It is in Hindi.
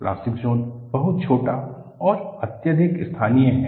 प्लास्टिक ज़ोन बहुत छोटा और अत्यधिक स्थानीय है